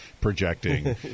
projecting